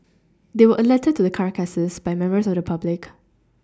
they were alerted to the carcasses by members of the public